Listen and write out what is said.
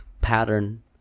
pattern